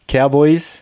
Cowboys